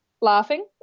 laughing